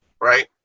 right